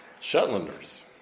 Shetlanders